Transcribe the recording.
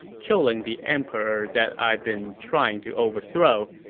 killing the emperor that i've been trying to overthrow.